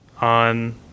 on